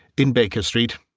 in baker street.